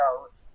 goes